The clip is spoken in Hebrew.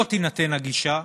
לא תינתן הגישה,